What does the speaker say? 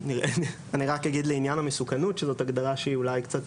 אני רק אגיד לעניין המסוכנות שזאת הגדרה שהיא אולי קצת